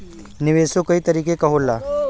निवेशो कई तरीके क होला